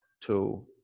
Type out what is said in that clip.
two